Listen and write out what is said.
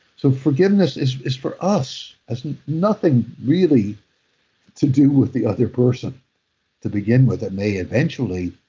so, forgiveness is is for us. it's nothing really to do with the other person to begin with. it may eventually